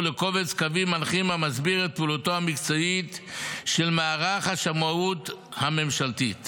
ולקובץ קווים מנחים המסביר את פעולתו המקצועית של מערך השמאות הממשלתית.